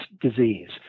disease